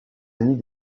amis